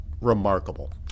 remarkable